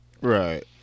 Right